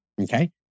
Okay